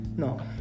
No